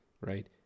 right